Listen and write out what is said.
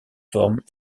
formes